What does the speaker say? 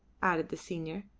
added the senior,